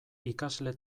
ikasle